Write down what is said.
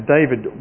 David